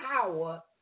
power